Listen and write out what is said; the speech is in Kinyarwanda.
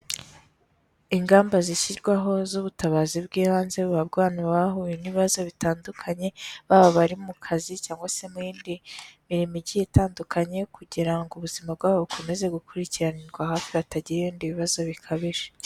Ingamba zishyirwaho z'ubutabazi bw'ibanze buhabwa abantu bahuye n'ibibazo bitandukanye baba abari mu kazi cyangwa se mu yindi mirimo igiye itandukanye, kugira ngo ubuzima bwabo bukomeze gukurikiranirwa hafi batagira ibindi bibazo bikabije.